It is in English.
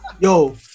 Yo